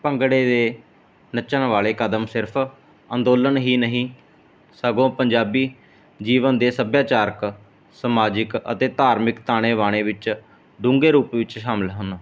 ਭੰਗੜੇ ਦੇ ਨੱਚਣ ਵਾਲੇ ਕਦਮ ਸਿਰਫ਼ ਅੰਦੋਲਨ ਹੀ ਨਹੀਂ ਸਗੋਂ ਪੰਜਾਬੀ ਜੀਵਨ ਦੇ ਸੱਭਿਆਚਾਰਕ ਸਮਾਜਿਕ ਅਤੇ ਧਾਰਮਿਕ ਤਾਣੇ ਬਾਣੇ ਵਿੱਚ ਡੂੰਘੇ ਰੂਪ ਵਿੱਚ ਸ਼ਾਮਲ ਹਨ